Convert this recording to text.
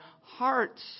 hearts